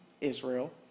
Israel